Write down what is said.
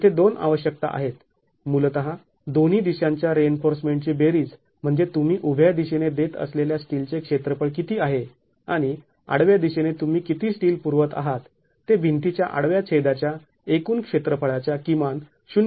तेथे दोन आवश्यकता आहेत मूलतः दोन्ही दिशांच्या रिइन्फोर्समेंटची बेरीज म्हणजे तुम्ही उभ्या दिशेने देत असलेल्या स्टील चे क्षेत्रफळ किती आहे आणि आडव्या दिशेने तुम्ही किती स्टील पुरवत आहात ते भिंतीच्या आडव्या छेदाच्या एकूण क्षेत्रफळाच्या किमान ०